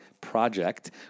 project